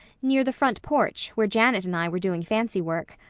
near the front porch where janet and i were doing fancy-work.